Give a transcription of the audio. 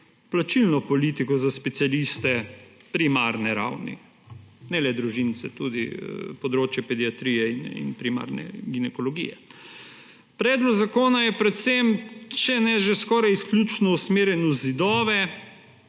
plačilno politiko za specialiste primarne ravni, ne le družinske, tudi področje pediatrije in primarne ginekologije. Predlog zakona je predvsem, če ne že skoraj izključno usmerjen v zidove,